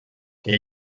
que